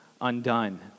undone